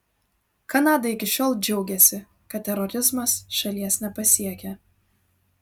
kanada iki šiol džiaugėsi kad terorizmas šalies nepasiekia